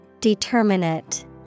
Determinate